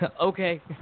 Okay